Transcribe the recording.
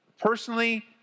Personally